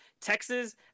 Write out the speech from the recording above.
Texas